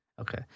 okay